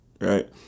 right